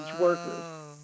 workers